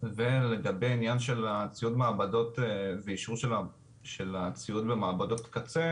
לגבי העניין של הציוד מעבדות ואישור של הציוד במעבדות קצה,